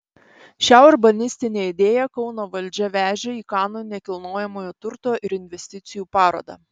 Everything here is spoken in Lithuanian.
šią urbanistinę idėją kauno valdžia vežė į kanų nekilnojamojo turto ir investicijų parodą